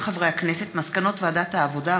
מסקנות ועדת העבודה,